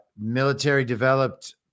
military-developed